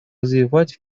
развивать